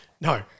No